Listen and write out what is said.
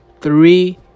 Three